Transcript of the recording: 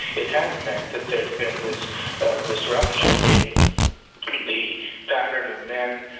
it has meant that there's been this disruption in the pattern of men